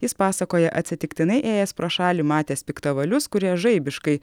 jis pasakoja atsitiktinai ėjęs pro šalį matęs piktavalius kurie žaibiškai